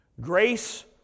Grace